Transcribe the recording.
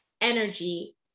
energy